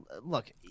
look